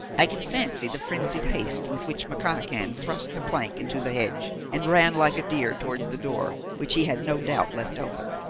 i can fancy the frenzied haste with which mcconachan thrust the plank into the hedge and ran like a deer towards the door, which he had no doubt left open.